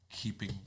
keeping